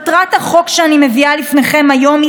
מטרת החוק שאני מביאה לפניכם היום היא